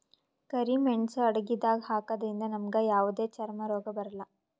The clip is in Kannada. ಕರಿ ಮೇಣ್ಸ್ ಅಡಗಿದಾಗ್ ಹಾಕದ್ರಿಂದ್ ನಮ್ಗ್ ಯಾವದೇ ಚರ್ಮ್ ರೋಗ್ ಬರಲ್ಲಾ